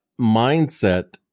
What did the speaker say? mindset